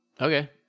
Okay